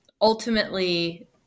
ultimately